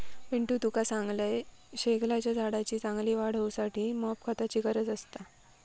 पिंटू तुका सांगतंय, शेगलाच्या झाडाची चांगली वाढ होऊसाठी मॉप खताची गरज असता